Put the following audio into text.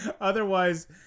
Otherwise